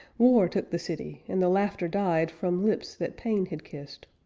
war took the city, and the laughter died from lips that pain had kissed.